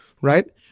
right